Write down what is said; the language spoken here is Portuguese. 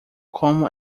como